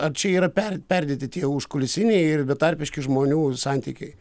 ar čia yra per perdėti tie užkulisiniai ir betarpiški žmonių santykiai